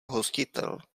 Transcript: hostitel